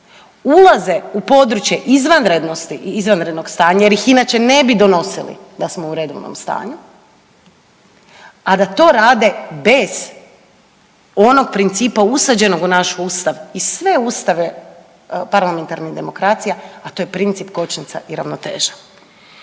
ulaze u područje izvanrednosti i izvanrednog stanja jer ih inače ne bi donosili, da smo u redovnom stanju, a da to rade bez onog principa usađenog u naš Ustav i sve ustave parlamentarnih demokracija, a to je princip kočnica i ravnoteža.